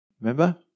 Remember